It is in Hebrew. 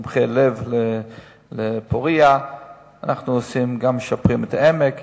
מומחה לב ב"פורייה"; אנחנו גם משפרים את "העמק".